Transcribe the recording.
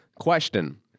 question